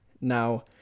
Now